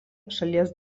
šalies